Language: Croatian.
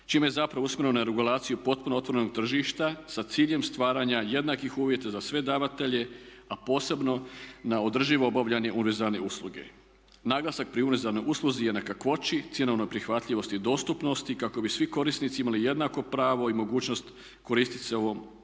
je zapravo usmjereno na regulaciju potpuno otvorenog tržišta sa ciljem stvaranja jednakih uvjeta za sve davatelje a posebno na održivo obavljanje univerzalne usluge. Naglasak pri univerzalnoj usluzi je na kakvoći, cjenovnoj prihvatljivosti i dostupnosti kako bi svi korisnici imali jednako pravo i mogućnost koristit se ovom osnovnom